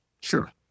Sure